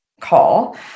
call